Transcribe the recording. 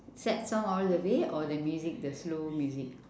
sad song all the way or the music the slow music